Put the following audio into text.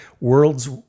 world's